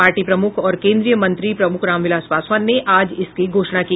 party प्रमुख और केन्द्रीय मंत्री प्रमुख रामविलास पासवान ने आज इसकी घोषणा की